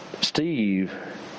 Steve